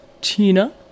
tina